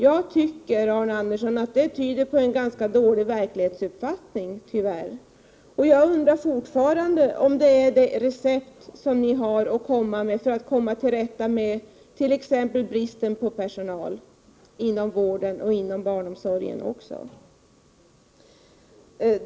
Jag tycker, Arne Andersson, att detta tyvärr tyder på en ganska dålig verklighetsuppfattning. Jag undrar fortfarande om detta är de enda recept som ni har att komma med för att komma till rätta med t.ex. bristen på personal inom vård och inom barnomsorg.